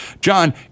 John